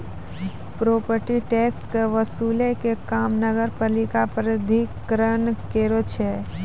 property tax के वसूलै के काम नगरपालिका प्राधिकरण करै छै